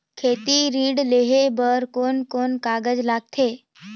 खेती ऋण लेहे बार कोन कोन कागज लगथे?